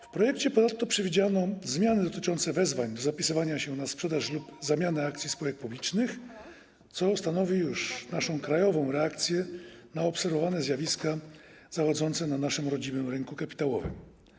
W projekcie przewidziano ponadto zmiany dotyczące wezwań do zapisywania się na sprzedaż lub zamianę akcji spółek publicznych, co stanowi już naszą krajową reakcję na obserwowane zjawiska zachodzące na naszym rodzimym rynku kapitałowym.